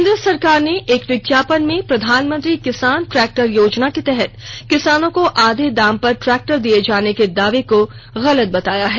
केंद्र सरकार ने एक विज्ञापन में प्रधानमंत्री किसान ट्रैक्टर योजना के तहत किसानों को आधे दाम पर ट्रैक्टर दिए जाने के दावे को गलत बताया है